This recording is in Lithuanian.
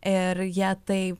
ir jie tai